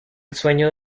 sueño